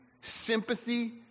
sympathy